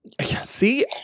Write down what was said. See